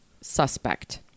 suspect